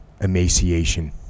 emaciation